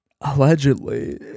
Allegedly